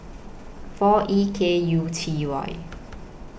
four E K U T Y